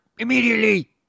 Immediately